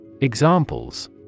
Examples